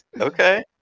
okay